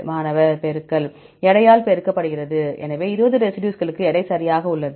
மாணவர் பெருக்கல் எடையால் பெருக்கப்படுகிறது எனவே 20 ரெசிடியூஸ்களுக்கு எடை சரியாக உள்ளது எனவே w